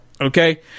okay